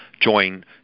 join